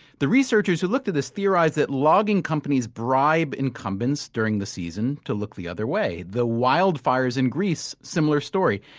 the researchers who looked at this theorize that logging companies bribe incumbents during the season to look the other way. the wildfires in greece, similar story.